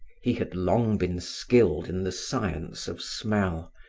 he had long been skilled in the science of smell.